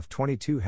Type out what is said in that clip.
F22